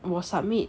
我 submit